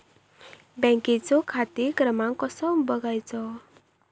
बँकेचो खाते क्रमांक कसो बगायचो?